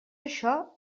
això